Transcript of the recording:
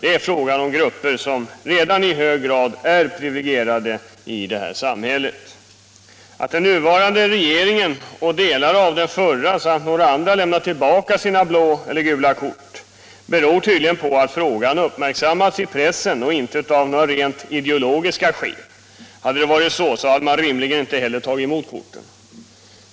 Det är fråga om grupper som redan i hög grad är privilegierade i detta samhälle. Att den nuvarande regeringen och delar av den förra samt några andra lämnat tillbaka sina blå eller gula kort beror tydligen på att frågan uppmärksammats i pressen och har inte några rent ideologiska skäl. Om det varit så, hade man rimligtvis inte tagit emot korten.